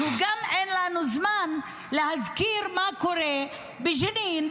אין לנו זמן להזכיר מה קורה בג'נין,